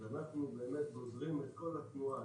אנחנו גוזרים את כל התנועה,